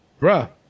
bruh